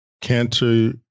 cancer